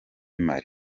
mali